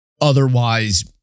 otherwise